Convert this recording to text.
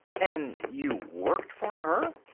and you worked for her?